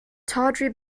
tawdry